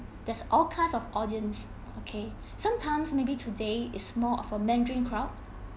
there's all kinds of audience okay sometimes maybe today is more of a mandarin crowd